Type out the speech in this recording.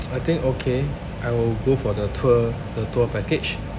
I think okay I will go for the tour the tour package